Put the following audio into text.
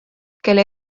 kelle